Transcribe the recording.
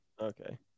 Okay